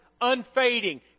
unfading